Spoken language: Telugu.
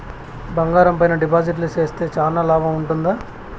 బంగారం పైన డిపాజిట్లు సేస్తే చానా లాభం ఉంటుందా?